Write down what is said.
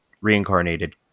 reincarnated